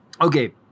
Okay